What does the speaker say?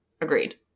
Agreed